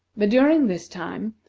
but during this time,